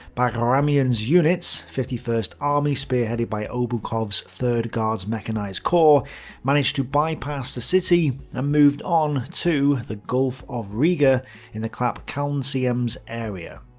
bagramian's units fifty first army, spearheaded by obukhov's third guards mechanized corps managed to bypass the city and ah moved on to the gulf of riga in the klapkalnciems area.